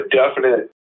definite